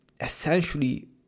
essentially